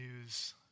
news